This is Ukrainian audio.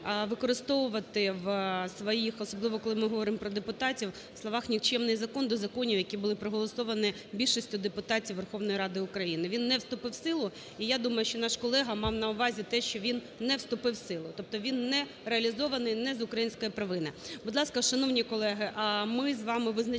використовувати в своїх, особливо коли ми говоримо про депутатів, в словах "нікчемний закон" до законів, які були проголосовані більшістю депутатів Верховної Ради України. Він не вступив в силу. І я думаю, що наш колега мав на увазі те, що він не вступив в силу, тобто він не реалізований не з української провини. Будь ласка, шановні колеги, ми з вами визначаємось